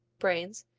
brains,